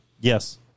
Yes